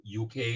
UK